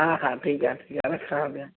हा ठीकु आहे ठीकु आहे रखांव थी